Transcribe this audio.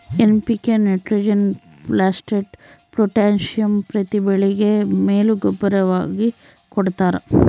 NPK nitrogen phosphate potassium ಪ್ರತಿ ಬೆಳೆಗೆ ಮೇಲು ಗೂಬ್ಬರವಾಗಿ ಕೊಡ್ತಾರ